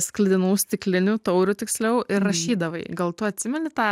sklidinų stiklinių taurių tiksliau ir rašydavai gal tu atsimeni tą